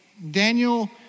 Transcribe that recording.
Daniel